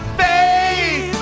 faith